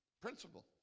principle